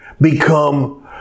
become